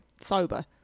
sober